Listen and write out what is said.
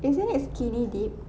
isn't it skinny dip